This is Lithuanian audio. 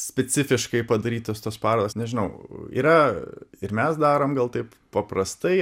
specifiškai padarytos tos parodos nežinau yra ir mes darom gal taip paprastai